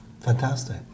fantastic